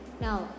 Now